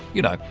you know,